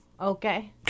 Okay